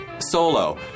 solo